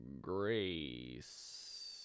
grace